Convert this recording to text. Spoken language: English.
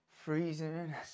Freezing